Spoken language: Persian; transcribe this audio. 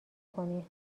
کنین